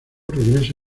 regresa